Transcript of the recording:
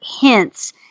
hints